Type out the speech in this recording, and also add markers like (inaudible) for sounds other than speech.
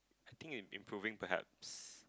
I think they improving perhaps (noise)